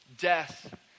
death